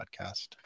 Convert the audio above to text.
podcast